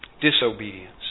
disobedience